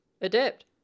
adapt